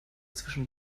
zwischen